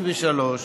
34)